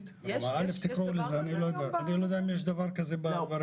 ואני מדבר כראש